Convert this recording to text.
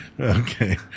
Okay